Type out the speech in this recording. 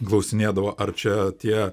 klausinėdavo ar čia tie